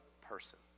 person